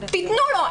תתנו לו.